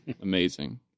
Amazing